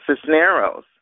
Cisneros